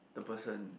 the person